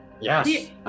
Yes